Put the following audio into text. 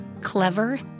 clever